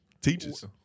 Teachers